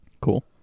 Cool